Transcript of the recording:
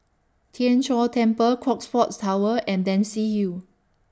Tien Chor Temple Crockfords Tower and Dempsey Hill